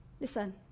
listen